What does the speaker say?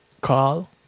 call